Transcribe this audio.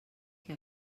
que